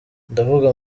ndavuga